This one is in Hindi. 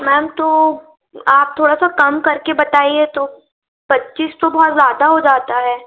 मैम तो आप थोड़ा सा कम कर के बताइए तो पच्चीस तो बहुत ज़्यादा हो जाता है